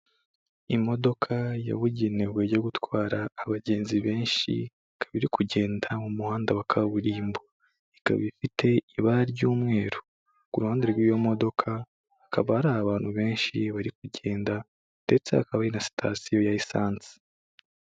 Imodoka yabugenewe yo gutwara abagenzi benshi ikabiri kugenda mu muhanda wa kaburimbo, ikaba ifite ibara ry'umweru, ku ruhande rw'iyo modoka hakaba hari abantu benshi bari kugenda ndetse hakaba hari na sitasiyo ya esansi.